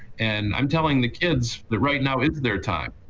and i'm telling the kids that right now it's their time,